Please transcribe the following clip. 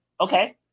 okay